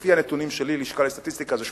לפי הנתונים שלי מהלשכה לסטטיסטיקה זה 18%,